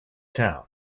town